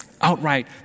Outright